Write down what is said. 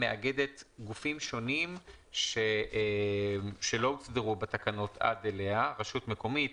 מאגדת גופים שונים שלא הוסדרו בתקנות עד אליה רשות מקומית,